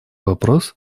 вопрос